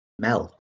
Mel